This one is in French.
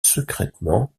secrètement